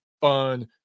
fun